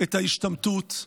את ההשתמטות,